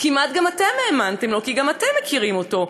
גם אתם כמעט האמנתם לו, כי גם אתם מכירים אותו.